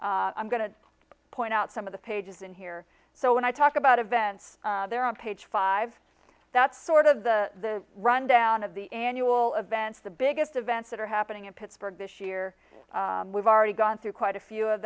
i'm going to point out some of the pages in here so when i talk about events there on page five that's sort of the rundown of the annual events the biggest events that are happening in pittsburgh this year we've already gone through quite a few of